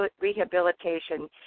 rehabilitation